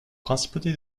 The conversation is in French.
principauté